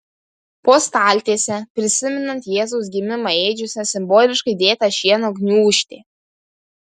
po staltiese prisimenant jėzaus gimimą ėdžiose simboliškai dėta šieno gniūžtė